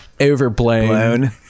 Overblown